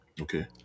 Okay